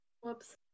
Whoops